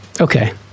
Okay